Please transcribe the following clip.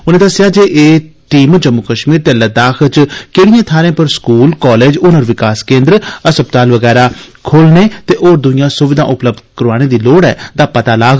उनें दस्सेया जे एह टीम जम्मू कश्मीर ते लद्दाख च केड़ियें थारें पर स्कूल कालेज ह्नर विकास केन्द्र अस्पताल वैगैरा खोलने ते होर द्इयां सुविधां उपलब्ध कराने दी लोड़ ऐ दा पता लाग